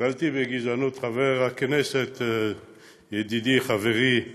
נתקלתי בגזענות, חבר הכנסת ידידי חברי דוד,